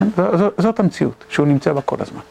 זאת המציאות שהוא נמצא בכל הזמן.